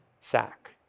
sack